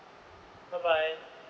bye bye